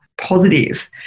positive